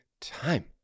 time